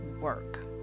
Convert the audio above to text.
work